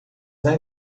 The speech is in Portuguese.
vai